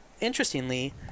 interestingly